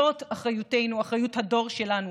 זאת אחריותנו, אחריות הדור שלנו.